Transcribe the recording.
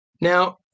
Now